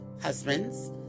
husbands